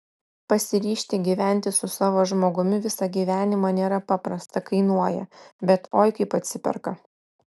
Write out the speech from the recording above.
pasiryžti gyventi su savo žmogumi visą gyvenimą nėra paprasta kainuoja bet oi kaip atsiperka